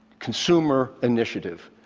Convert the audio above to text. consumer initiative.